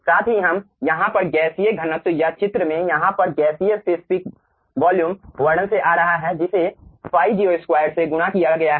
साथ ही हम यहाँ पर गैसीय घनत्व या चित्र में यहाँ पर गैसीय स्पेसिफिक वॉल्यूम वर्णन से आ रहा है जिसे ϕgo2 से गुणा किया गया है